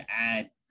add